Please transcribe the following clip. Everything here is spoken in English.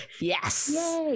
Yes